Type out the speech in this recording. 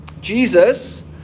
Jesus